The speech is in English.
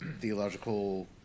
theological